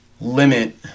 limit